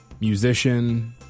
musician